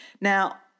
Now